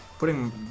Putting